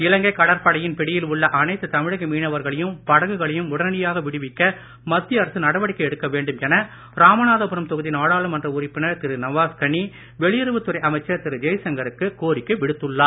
இலங்கை கடற்படையின் பிடியில் உள்ள அனைத்து தமிழக மீனவர்களையும் படகுகளையும் உடனடியாக விடுவிக்க மத்திய அரசு நடவடிக்கை எடுக்க வேண்டும் என ராமநாதபுரம் தொகுதி நாடாளுமன்ற உறுப்பினர் திரு நவாஸ் கனி வெளியுறவுத் துறை அமைச்சர் திரு ஜெய்சங்கருக்கு கோரிக்கை விடுத்துள்ளார்